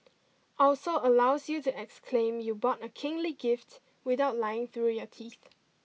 also allows you to exclaim you bought a kingly gift without lying through your teeth